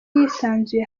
yisanzuye